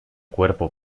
cuerpo